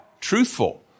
truthful